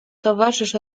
towarzysz